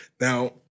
Now